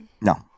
No